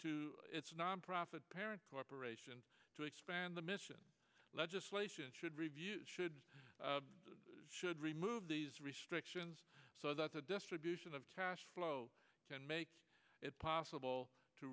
to its nonprofit parent corporation to expand the mission legislation should review should should remove these restrictions so that the distribution of cash flow and makes it possible to